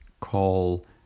Call